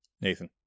Nathan